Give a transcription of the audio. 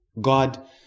God